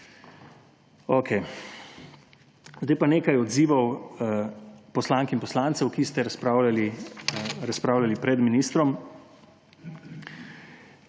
Zdaj pa nekaj odzivov poslank in poslancev, ki ste razpravljali pred ministrom,